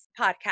podcast